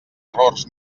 errors